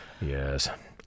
Yes